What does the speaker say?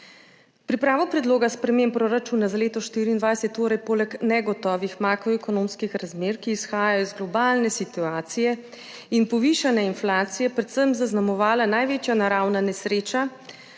Pripravo predloga sprememb proračuna za leto 2024 je torej poleg negotovih makroekonomskih razmer, ki izhajajo iz globalne situacije, in povišane inflacije predvsem zaznamovala največja naravna nesreča